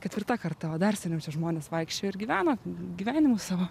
ketvirta karta o dar seniau čia žmonės vaikščiojo ir gyveno gyvenimus savo